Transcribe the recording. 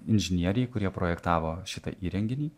inžinieriai kurie projektavo šitą įrenginį